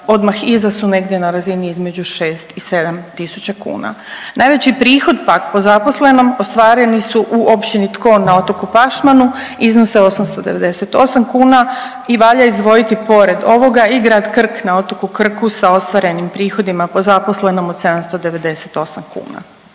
odmah iza su negdje na razini između 6 i 7 tisuća kuna. Najveći prihod pak, po zaposlenom, ostvareni su u općini Tkon na otoku Pašmanu, iznose 898 kuna i valja izdvojiti pored ovoga i grad Krk na otoku Krku sa ostvarenim prihodima po zaposlenom od 798 kuna.